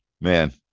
man